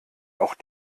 auch